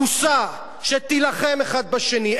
הרוסה, שיילחמו בה האחד בשני.